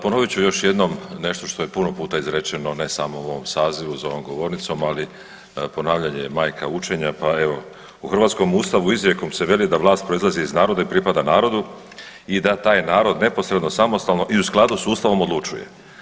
Ponovit ću još jednom nešto što je puno puta izrečeno ne samo u ovom sazivu za ovom govornicom, ali ponavljanje je majka učenja pa evo u hrvatskom Ustavu izrijekom se veli da vlast proizlazi iz naroda i pripada narodu i da taj narod neposredno samostalno i u skladu s Ustavom odlučuje.